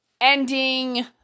ending